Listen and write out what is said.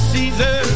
Caesar